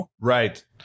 Right